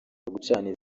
gucana